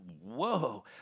whoa